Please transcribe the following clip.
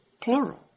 plural